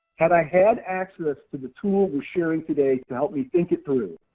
had i had access to the tools we're sharing today to help me think it through,